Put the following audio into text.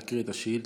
אדוני סגן השר,